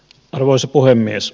arvoisa puhemies